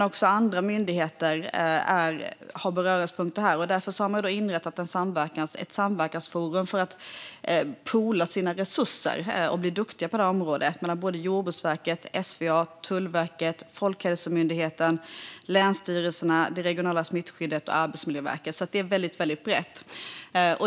Också andra myndigheter har beröringspunkter när det gäller detta, och därför har man inrättat ett samverkansforum för att poola sina resurser och bli duktiga på det här området - man har Jordbruksverket, SVA, Tullverket, Folkhälsomyndigheten, länsstyrelserna, det regionala smittskyddet och Arbetsmiljöverket. Det är alltså väldigt brett.